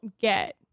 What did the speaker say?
get